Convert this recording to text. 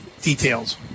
details